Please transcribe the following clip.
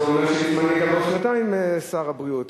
זה אומר שליצמן יהיה גם בעוד שנתיים שר הבריאות.